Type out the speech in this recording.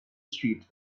street